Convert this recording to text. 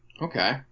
Okay